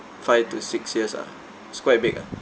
five to six years ah it's quite big ah